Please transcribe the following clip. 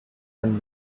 and